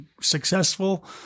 successful